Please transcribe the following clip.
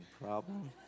problem